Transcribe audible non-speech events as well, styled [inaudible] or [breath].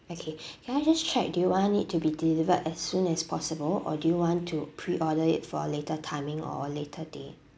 okay [breath] can I just check do you want it to be delivered as soon as possible or do you want to pre-order it for later timing or later day